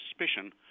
suspicion